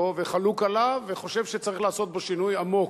וחלוק עליו וחושב שצריך לעשות בו שינוי עמוק.